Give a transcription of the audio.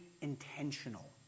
intentional